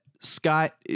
Scott